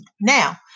Now